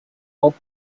pop